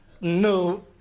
no